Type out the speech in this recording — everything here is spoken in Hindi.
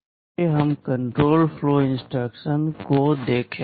आइए हम कण्ट्रोल फ्लो इंस्ट्रक्शंस को देखें